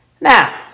Now